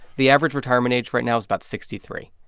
the average retirement age right now is about sixty three.